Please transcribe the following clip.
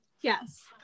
Yes